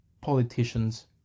politicians